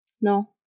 No